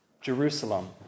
Jerusalem